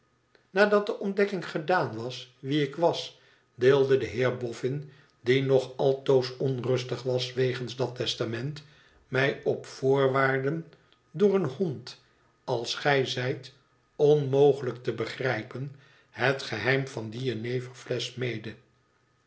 nadat de ontdekking gedaan was wie ik was deelde de heer boffin die nog altoos onrustig was wegens dat testament mij op voorwaarden door een hond als gij zijt onmogelijk te begrijpen het geheim van die jeneverflesch mede